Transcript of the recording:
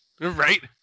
Right